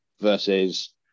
versus